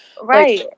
Right